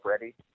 ready